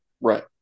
Right